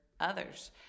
others